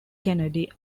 kennedy